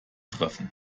treffen